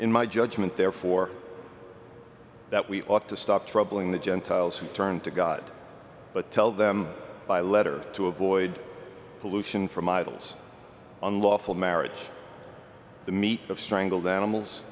in my judgment therefore that we ought to stop troubling the gentiles who turn to god but tell them by letter to avoid pollution from idols unlawful marriage the meat of strangled animals